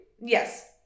Yes